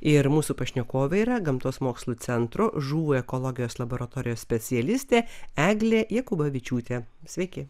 ir mūsų pašnekovė yra gamtos mokslų centro žuvų ekologijos laboratorijos specialistė eglė jakubavičiūtė sveiki